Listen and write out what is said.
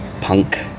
punk